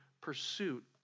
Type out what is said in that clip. pursuit